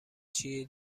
چیه